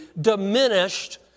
diminished